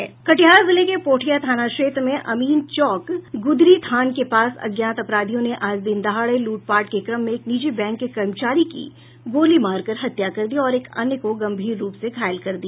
कटिहार जिले के पोठिया थाना क्षेत्र में अमीन चौक गूदरीथान के पास अज्ञात अपराधियों ने आज दिन दहाड़े लूटपाट के क्रम में एक निजी बैंक के कर्मचारी की गोली मारकर हत्या कर दी और एक अन्य को गंभीर रूप से घायल कर दिया